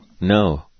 No